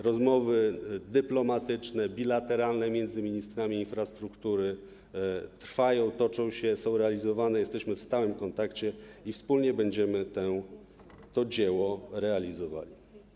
Rozmowy dyplomatyczne, bilateralne między ministrami infrastruktury trwają, toczą się, są realizowane, jesteśmy w stałym kontakcie i wspólnie będziemy to dzieło realizowali.